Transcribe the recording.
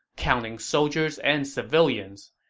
counting soldiers and civilians.